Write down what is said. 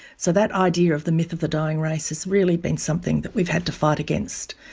so that idea of the myth of the dying race has really been something that we've had to fight against.